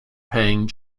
paying